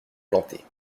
plantées